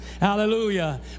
Hallelujah